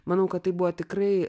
manau kad tai buvo tikrai